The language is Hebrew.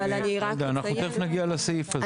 רגע, אנחנו תכף נגיע לסעיף הזה.